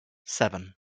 seven